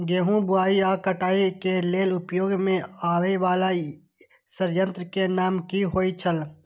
गेहूं बुआई आ काटय केय लेल उपयोग में आबेय वाला संयंत्र के नाम की होय छल?